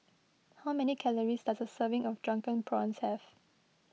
how many calories does a serving of Drunken Prawns have